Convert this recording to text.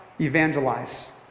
evangelize